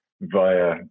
via